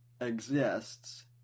exists